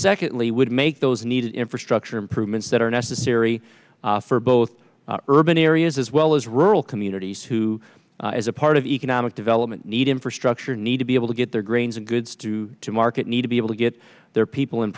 secondly would make those needed infrastructure improvements that are necessary for both urban areas as well as rural communities who as a part of economic development need infrastructure need to be able to get their grains and goods to market need to be able to get their people